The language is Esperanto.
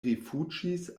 rifuĝis